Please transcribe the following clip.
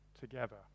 together